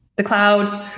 the cloud,